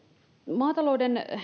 maatalouden